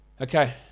Okay